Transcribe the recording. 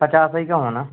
पचासई का होना